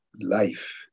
life